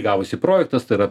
gavosi projektas tai yra